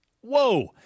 Whoa